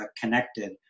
connected